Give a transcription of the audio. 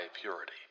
purity